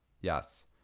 Yes